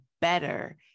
better